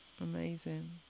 Amazing